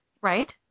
right